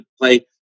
play